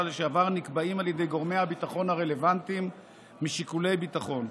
לשעבר נקבעים על ידי גורמי הביטחון הרלוונטיים משיקולי ביטחון.